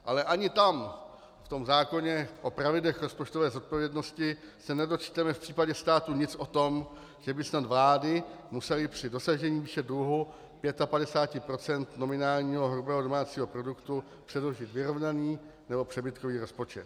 Ale ani tam v tom zákoně o pravidlech rozpočtové zodpovědnosti se nedočteme v případě státu nic o tom, že by snad vlády musely při dosažení výše dluhu 55 % nominálního hrubého domácího produktu předložit vyrovnaný nebo přebytkový rozpočet.